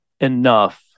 enough